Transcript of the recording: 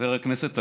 חבר הכנסת אבידר,